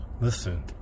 Listen